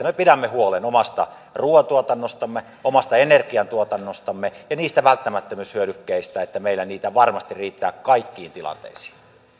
me pidämme huolen omasta ruuantuotannostamme omasta energiantuotannostamme ja niistä välttämättömyyshyödykkeistä jotta meillä niitä varmasti riittää kaikkiin tilanteisiin